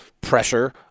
pressure